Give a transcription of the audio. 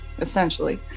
essentially